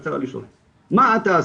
אנחנו צריכים --- אבל מעניין אותי,